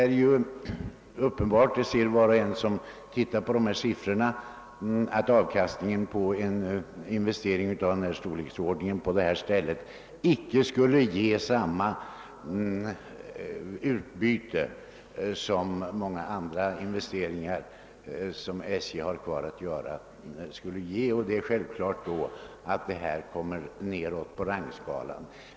Var och en som studerar de aktuella siffrorna inser att avkastningen av en investering av denna storleksordning inom det aktuella området inte skulle ge samma utbyte som många andra investeringar som det återstår för SJ att göra. Under sådana förhållanden måste den nu föreslagna investeringen placeras längre ned på prioritetsskalan.